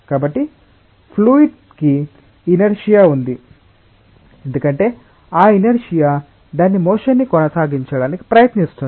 కాబట్టి ఫ్లూయిడ్ కి ఇనర్శియా ఉంది ఎందుకంటే ఆ ఇనర్శియా దాని మోషన్ ని కొనసాగించడానికి ప్రయత్నిస్తుంది